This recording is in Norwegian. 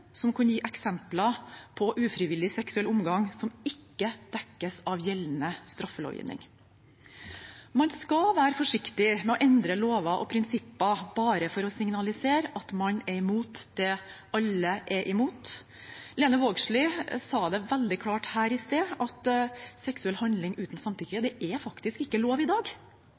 som kunne gi eksempler på ufrivillig seksuell omgang som ikke dekkes av gjeldende straffelovgivning. Man skal være forsiktig med å endre lover og prinsipper bare for å signalisere at man er mot det alle er imot. Lene Vågslid sa det veldig klart her i sted, at seksuell handling uten samtykke faktisk ikke er lov i dag.